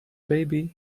baby